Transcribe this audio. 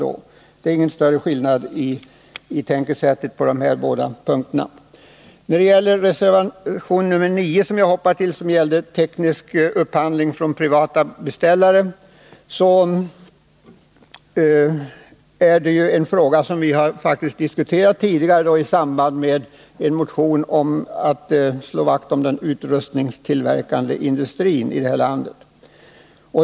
— Det är alltså ingen större skillnad i tänkesättet på de här båda punkterna. Jag hoppar sedan till reservation 9, som gäller teknisk upphandling från privata beställare. Det är en fråga som vi har diskuterat i samband med en motion om att slå vakt om den utrustningstillverkande industrin här i landet.